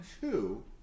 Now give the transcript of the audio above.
two